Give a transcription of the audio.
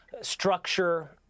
structure